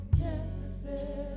Necessary